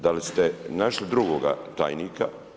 Da li ste našli drugoga tajnika?